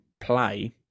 play